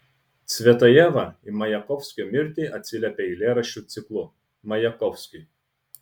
cvetajeva į majakovskio mirtį atsiliepė eilėraščių ciklu majakovskiui